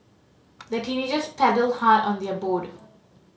the teenagers paddled hard on their boat